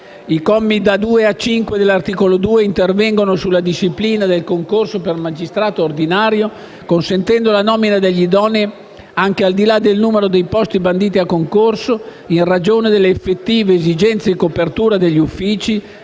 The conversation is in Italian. I commi da 2 a 5 dell'articolo 2 intervengono sulla disciplina del concorso per magistrato ordinario, consentendo la nomina degli idonei anche al di là del numero di posti banditi a concorso, in ragione delle effettive esigenze di copertura degli uffici,